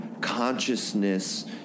consciousness